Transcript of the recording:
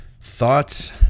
thoughts